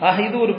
Ahidur